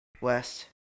west